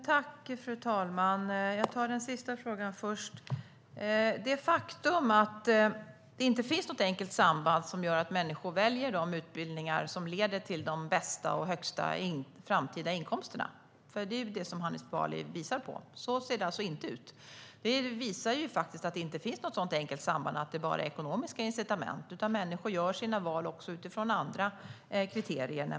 Fru talman! Låt mig ta den sista frågan först. Det finns ingen enkel förklaring till att människor inte väljer de utbildningar som leder till de högsta framtida inkomsterna. Det handlar alltså inte bara om ekonomiska incitament, Hanif Bali, utan människor gör sina yrkesval också utifrån andra kriterier.